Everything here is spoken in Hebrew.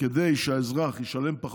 כדי שהאזרח ישלם פחות,